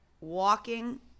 walking